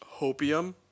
hopium